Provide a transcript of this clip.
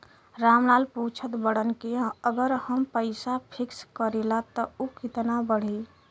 राम लाल पूछत बड़न की अगर हम पैसा फिक्स करीला त ऊ कितना बड़ी?